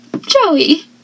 Joey